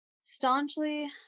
staunchly